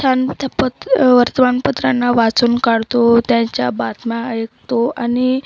छान पत वर्तमानपत्रांना वाचून काढतो त्यांच्या बातम्या ऐकतो आणि